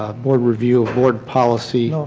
ah board review of board policy.